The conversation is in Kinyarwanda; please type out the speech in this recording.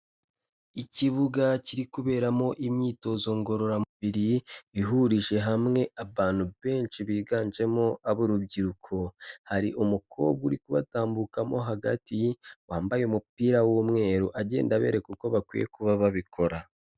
Ikibuga kiri kuberamo imyitozo ngororamubiri, ihurije hamwe abantu benshi biganjemo ab'urubyiruko, hari umukobwa uri kubatambukamo hagati wambaye umupira w'umweru agenda abereka uko bakwiye kuba babikora.